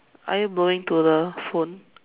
are you blowing to the phone